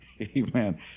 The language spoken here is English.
Amen